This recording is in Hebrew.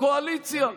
הקואליציה.